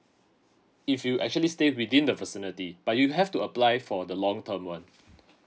if you actually stay within the vicinity but you have to apply for the long term one